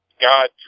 God